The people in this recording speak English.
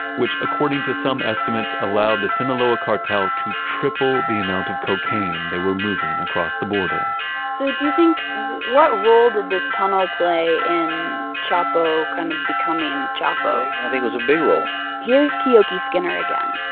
which according to some estimates allowed the sinaloa cartel to triple the amount of cocaine they were moving across the border so do you think, what role did this tunnel play in chapo kind of becoming chapo? i think it was a big role. here's keoki skinner again,